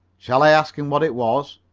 shall i ask him what it was?